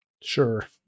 Sure